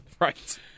Right